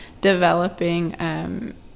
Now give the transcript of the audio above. developing